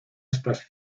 estas